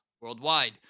worldwide